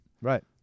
Right